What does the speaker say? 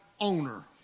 owner